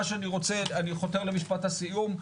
אני חותר למשפט הסיום,